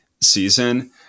season